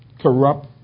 corrupt